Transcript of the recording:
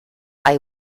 hay